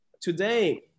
today